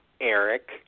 Eric